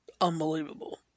unbelievable